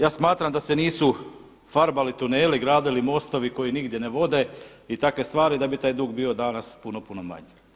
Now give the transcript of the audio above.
Ja smatram da se nisu farbali tuneli, gradili mostovi koji nigdje ne vode i takve stvari da bi taj dug bio danas puno, puno manji.